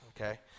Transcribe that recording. okay